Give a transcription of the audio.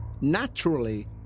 Naturally